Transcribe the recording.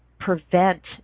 prevent